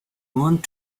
want